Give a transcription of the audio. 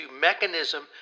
mechanism